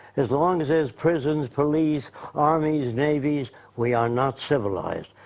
as long as there's prisons, police armies, navies, we are not civilized.